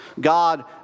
God